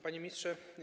Panie Ministrze!